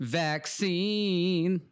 vaccine